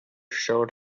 showed